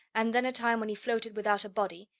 and then a time when he floated without a body,